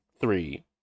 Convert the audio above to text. Three